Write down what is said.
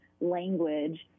language